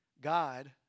God